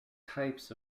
types